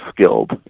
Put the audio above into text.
skilled